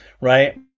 right